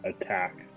attack